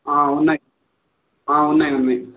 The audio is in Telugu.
ఆ ఉన్నాయ్ ఉన్నాయ్ ఉన్నాయ్